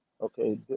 Okay